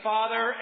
Father